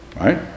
Right